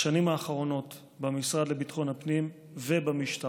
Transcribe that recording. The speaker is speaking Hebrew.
בשנים האחרונות במשרד לביטחון הפנים ובמשטרה